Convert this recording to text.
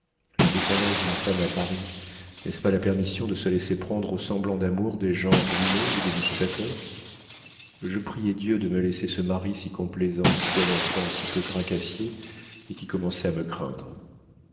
d'adam l'indépendance d'une femme à paris n'est-ce pas la permission de se laisser prendre aux semblants d'amour des gens ruinés ou dissipateurs je priais dieu de me laisser ce mari si complaisant si bon enfant si peu tracassier et qui commençait à me craindre